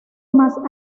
más